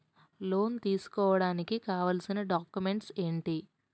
Loan తీసుకోడానికి కావాల్సిన documents ఎంటి?